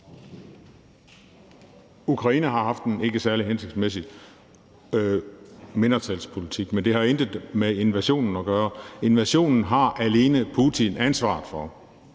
Ukraine har haft en ikke særlig hensigtsmæssig mindretalspolitik, men det har intet med invasionen at gøre. Invasionen har alene Putin ansvaret for.